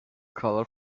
colour